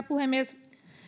puhemies